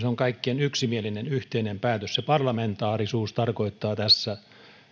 on kaikkien yksimielinen yhteinen päätös se parlamentaarisuus tarkoittaa tässä